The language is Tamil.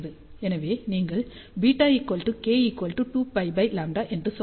எனவே நீங்கள் β k 2πλ என்று சொல்லலாம்